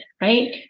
right